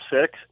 six